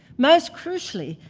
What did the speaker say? most crucially,